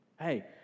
Hey